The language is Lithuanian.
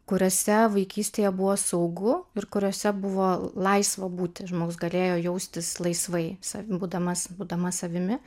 kuriose vaikystėje buvo saugu ir kuriose buvo laisva būti žmogus galėjo jaustis laisvai savim būdamas būdama savimi